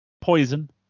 Poison